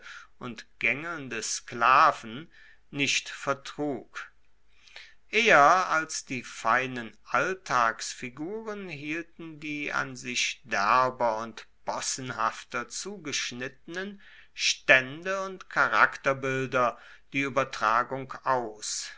und gaengelnde sklaven nicht vertrug eher als die feinen alltagsfiguren hielten die an sich derber und possenhafter zugeschnittenen staende und charakterbilder die uebertragung aus